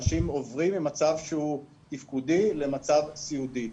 אנשים עוברים ממצב שהוא תפקודי למצב סיעודי.